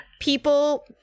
people